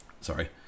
Sorry